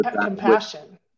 compassion